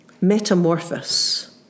Metamorphosis